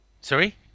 sorry